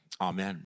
amen